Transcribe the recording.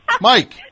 Mike